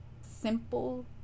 simple